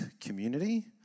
community